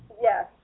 yes